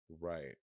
Right